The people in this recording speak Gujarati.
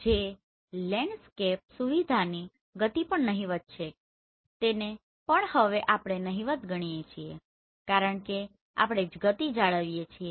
જે લેન્ડસ્કેપ સુવિધાની ગતિ પણ નહીવત છે તેને પણ આપણે નહીવત ગણીએ છીએ કારણ કે આપણે ગતિ જાળવીએ છીએ